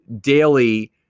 daily